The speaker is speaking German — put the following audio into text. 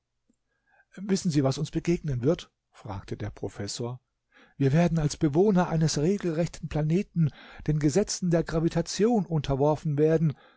wissen sie was uns begegnen wird fragte der professor wir werden als bewohner eines regelrechten planeten den gesetzen der gravitation unterworfen werden